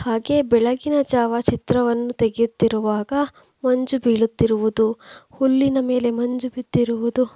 ಹಾಗೆ ಬೆಳಗ್ಗಿನ ಜಾವ ಚಿತ್ರವನ್ನು ತೆಗೆಯುತ್ತಿರುವಾಗ ಮಂಜು ಬೀಳುತ್ತಿರುವುದು ಹುಲ್ಲಿನ ಮೇಲೆ ಮಂಜು ಬಿದ್ದಿರುವುದು